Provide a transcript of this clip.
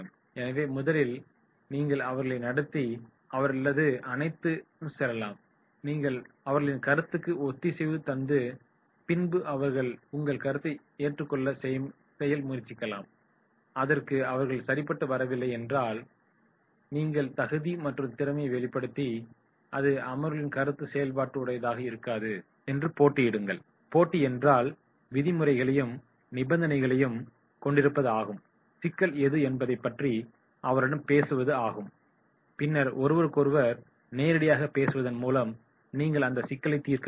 எனவே முதலில் நீங்கள் அவர்களை தவிர்க்கலாம் அல்லது அரவணைத்து செல்லலாம் சரியா முதலில் நீங்கள் அவர்களின் கருத்துக்கு ஒத்திசைவு தந்து பின்பு அவர்களை உங்கள் கருத்தை ஏற்றுக்கொள்ள செய்ய முயற்சிக்கலாம் அதற்கும் அவர்கள் சரிப்பட்டு வரவில்லை என்றால் உங்கள் தகுதி மற்றும் திறமையை வெளிப்படுத்தி அவர்களின் கருத்துடன் போட்டியிடுங்கள் போட்டி என்றால் விதிமுறைகளையும் நிபந்தனைகளையும் கொண்டிருப்பது ஆகும் சிக்கல் எது என்பதை பற்றி அவர்களுடன் பேசுவது ஆகும் பின்னர் ஒருவருக்கொருவர் நேரடியாக பேசுவதன் மூலம் நீங்கள் அந்த சிக்கலை தீர்க்க முடியும்